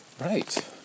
Right